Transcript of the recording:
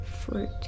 fruit